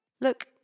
Look